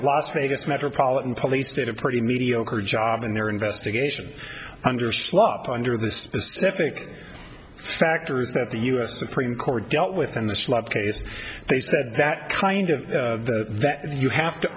las vegas metropolitan police state a pretty mediocre job in their investigation under sloppy under the specific factors that the u s supreme court dealt with in this law case they said that kind of that you have to